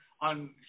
on